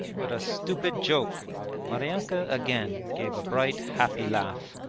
what a stupid joke maryanka again gave a bright happy laugh.